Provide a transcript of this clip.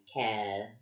care